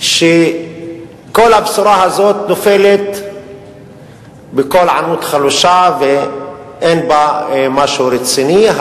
שכל הבשורה הזאת נופלת בקול ענות חלושה ואין בה משהו רציני.